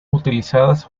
utilizadas